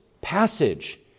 passage